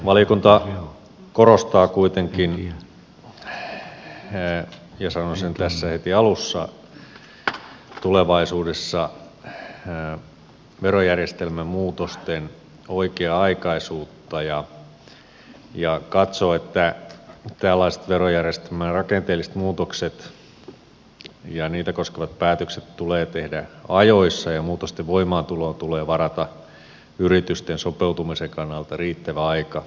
valiokunta korostaa kuitenkin ja sanon sen tässä heti alussa tulevaisuudessa verojärjestelmän muutosten oikea aikaisuutta ja katsoo että tällaiset verojärjestelmän rakenteelliset muutokset ja niitä koskevat päätökset tulee tehdä ajoissa ja muutosten voimaantuloon tulee varata yritysten sopeutumisen kannalta riittävä aika